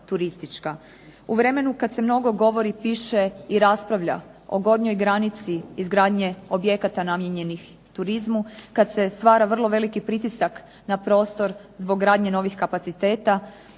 U vremenu kad se mnogo govori, piše i raspravlja o gornjoj granici izgradnje objekata namijenjenih turizma, kad se stvara vrlo veliki pritisak na prostor zbog gradnje novih kapacitata,